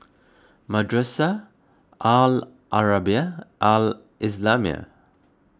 Madrasah Al Arabiah Al Islamiah